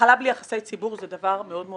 מחלה בלי יחסי ציבור זה דבר מאוד מאוד